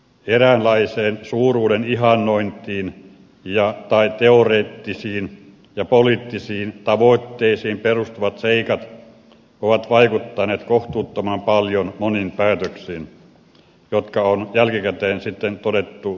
eräänlaiseen suuruuden ihannointiin tai teoreettisiin ja poliittisiin tavoitteisiin perustuvat seikat ovat vaikuttaneet kohtuuttoman paljon moniin päätöksiin jotka on jälkikäteen sitten todettu virhearvioinneiksi